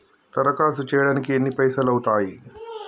దరఖాస్తు చేయడానికి ఎన్ని పైసలు అవుతయీ?